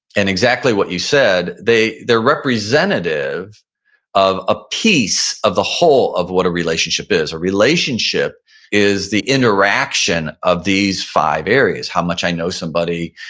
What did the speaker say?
and exactly what you said, they're representative of a piece of the whole of what a relationship is. a relationship is the interaction of these five areas. how much i know somebody,